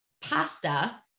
pasta